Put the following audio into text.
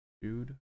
dude